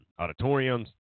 auditoriums